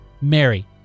Mary